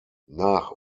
nach